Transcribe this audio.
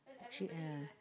cheat ah